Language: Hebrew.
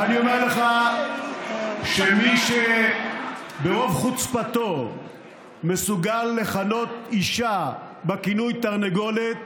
ואני אומר לך שמי ברוב חוצפתו מסוגל לכנות אישה בכינוי תרנגולת